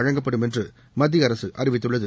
வழங்கப்படும் என்றுமத்தியஅரசுஅறிவித்துள்ளது